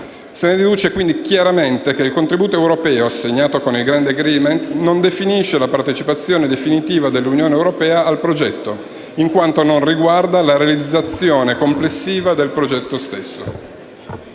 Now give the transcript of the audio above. Se ne deduce quindi chiaramente che il contributo europeo assegnato con il *Grant agreement* non definisce la partecipazione definitiva dell'Unione europea al progetto, in quanto non riguarda la realizzazione complessiva del progetto stesso.